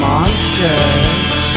Monsters